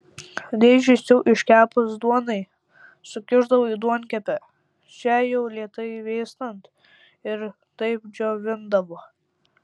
dėžes jau iškepus duonai sukišdavo į duonkepę šiai jau lėtai vėstant ir taip džiovindavo